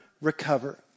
recover